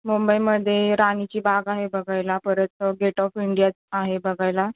मुंबईमध्ये राणीची बाग आहे बघायला परत गेट ऑफ इंडियात् आहे बघायला